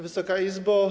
Wysoka Izbo!